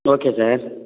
okay sir